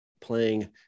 playing